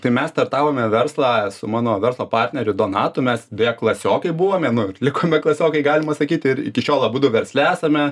tai mes startavome verslą su mano verslo partneriu donatu mes beje klasiokai buvome nu likome klasiokai galima sakyti ir iki šiol abudu versle esame